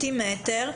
סנטימטרים,